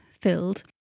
filled